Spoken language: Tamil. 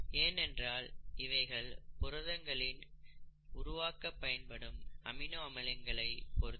ஏனென்றால் இவைகள் புரதங்களின் உருவாக்க பயன்படும் அமினோ அமிலங்களை பொருத்தது